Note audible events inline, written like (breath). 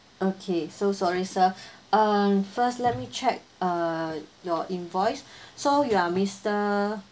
okay so sorry sir (breath) uh first let me check uh your invoice so you are mister